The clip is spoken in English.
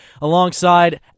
alongside